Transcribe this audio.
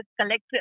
collect